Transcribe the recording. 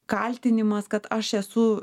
kaltinimas kad aš esu